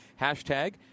hashtag